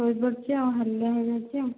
ଶୋଇ ପଡ଼ିଛି ଆଉ ହାଲିଆ ହୋଇ ଯାଇଛି ଆଉ